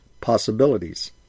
possibilities